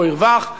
לא ירווח,